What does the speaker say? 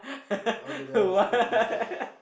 I want to know all his cooking stuff